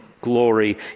glory